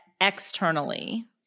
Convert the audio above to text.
externally